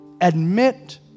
admit